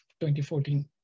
2014